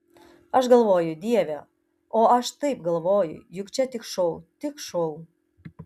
aš galvoju dieve o aš taip galvoju juk čia tik šou tik šou